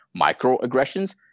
microaggressions